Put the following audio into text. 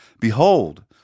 Behold